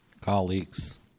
Colleagues